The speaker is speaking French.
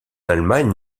allemagne